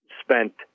spent